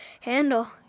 handle